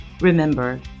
Remember